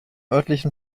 örtlichen